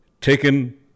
taken